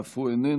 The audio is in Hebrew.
אף הוא איננו.